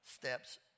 steps